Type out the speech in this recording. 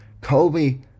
Colby